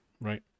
right